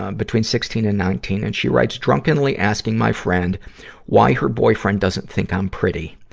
um between sixteen and nineteen, and she writes, drunkenly asking my friend why her boyfriend doesn't think i'm pretty.